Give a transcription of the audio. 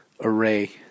array